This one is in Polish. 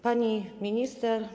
Pani Minister!